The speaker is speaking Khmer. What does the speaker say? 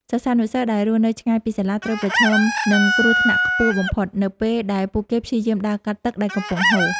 សិស្សានុសិស្សដែលរស់នៅឆ្ងាយពីសាលា ត្រូវប្រឈមនឹងគ្រោះថ្នាក់ខ្ពស់បំផុត នៅពេលដែលពួកគេព្យាយាមដើរកាត់ទឹកដែលកំពុងហូរ។